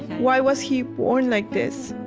why was he born like this?